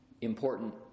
important